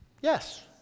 Yes